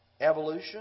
evolution